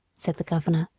said the governor.